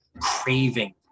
craving